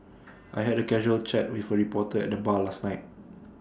I had A casual chat with A reporter at the bar last night